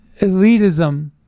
elitism